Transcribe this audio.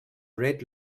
red